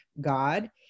God